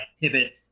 pivot